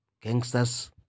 Gangsters